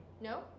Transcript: No